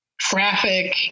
traffic